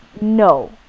No